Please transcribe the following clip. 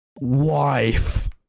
wife